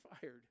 fired